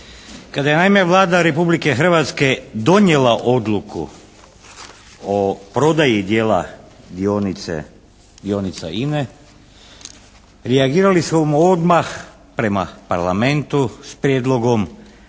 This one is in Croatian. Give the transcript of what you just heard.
Kada je naime Vlada Republike Hrvatske donijela odluku o prodaji dijela dionica INA-e reagirali smo odmah prema Parlamentu s prijedlogom